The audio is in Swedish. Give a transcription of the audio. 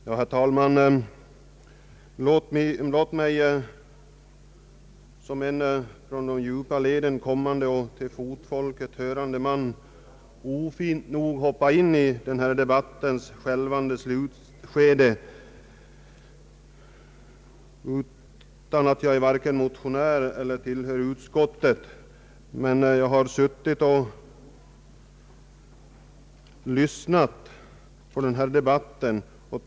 Herr talman! Låt mig som en från de djupa leden kommande och till fotfolket hörande man ofint nog hoppa in i den här debattens skälvande slutskede. Jag är varken motionär eller medlem av utskottet, men jag har suttit och lyssnat på debatten.